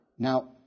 Now